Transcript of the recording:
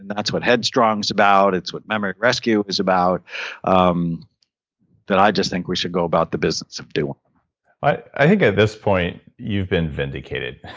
and that's what head strong is about. it's what memory rescue is about um that i just think we should go about the business of doing i think at this point, you've been vindicated.